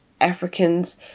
Africans